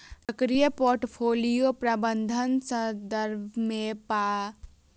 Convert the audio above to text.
सक्रिय पोर्टफोलियो प्रबंधनक संदर्भ मे सापेक्ष रिटर्न कें अल्फा के रूप मे सेहो जानल जाइ छै